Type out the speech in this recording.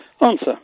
Answer